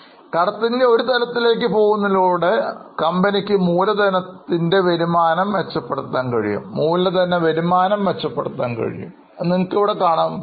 കടത്തിൻറെ ഒരു തലത്തിലേക്ക് പോകുന്നതിലൂടെ കമ്പനിക്ക് മൂലധനത്തിന് വരുമാന മെച്ചപ്പെടുത്താൻ കഴിഞ്ഞുവെന്ന് ഇപ്പോൾ നിങ്ങൾക്ക് ഇവിടെ കാണാൻ കഴിയും